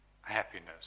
happiness